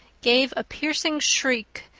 gave a piercing shriek,